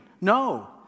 No